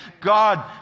god